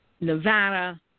Nevada